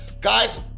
Guys